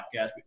podcast